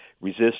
resist